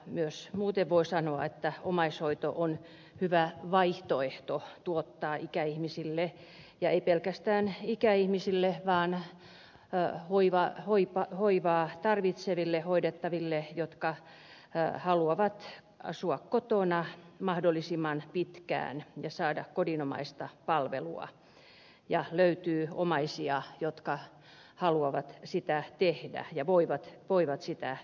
myös muuten voi sanoa että omaishoito on hyvä vaihtoehto ikäihmisille ja ei pelkästään ikäihmisille vaan hoivaa tarvitseville hoidettaville jotka haluavat asua kotona mahdollisimman pitkään ja saada kodinomaista palvelua ja joilta löytyy omaisia jotka haluavat sitä työtä tehdä ja voivat sitä tehdä